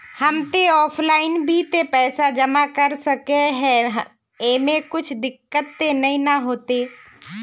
हम ते ऑफलाइन भी ते पैसा जमा कर सके है ऐमे कुछ दिक्कत ते नय न होते?